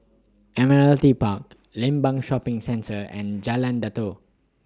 Admiralty Park Limbang Shopping Centre and Jalan Datoh